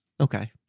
Okay